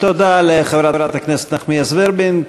תודה לחברת הכנסת נחמיאס ורבין.